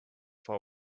for